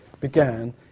began